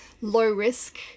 low-risk